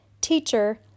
teacher